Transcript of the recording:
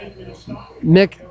Mick